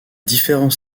différents